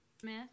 Smith